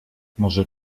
może